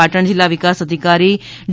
પાટણ જિલ્લા વિકાસ અધિકારીશ્રી ડી